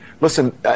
Listen